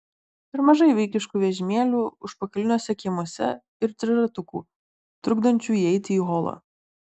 per mažai vaikiškų vežimėlių užpakaliniuose kiemuose ir triratukų trukdančių įeiti į holą